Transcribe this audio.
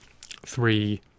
three